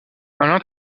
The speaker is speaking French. alain